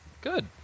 Good